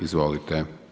Izvolite.